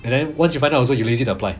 and then once you find out so you lazy to apply